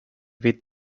with